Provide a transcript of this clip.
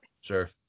sure